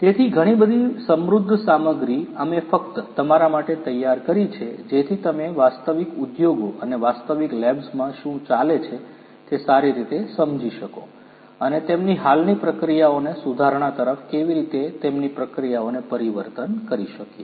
તેથી ઘણી બધી સમૃદ્ધ સામગ્રી અમે ફક્ત તમારા માટે તૈયાર કરી છે જેથી તમે વાસ્તવિક ઉદ્યોગો અને વિવિધ લેબ્સમાં શું ચાલે છે તે સારી રીતે સમજી શકો અને તેમની હાલની પ્રક્રિયાઓને સુધારણા તરફ કેવી રીતે તેમની પ્રક્રિયાઓને પરિવર્તન કરી શકીએ